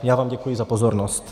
Já vám děkuji za pozornost.